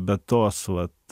bet tos vat